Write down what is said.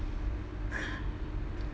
hi